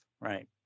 right